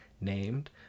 named